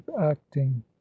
acting